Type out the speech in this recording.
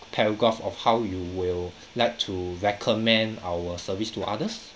paragraph of how you will like to recommend our service to others